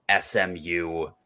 SMU